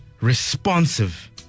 responsive